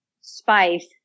spice